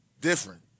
different